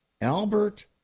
Albert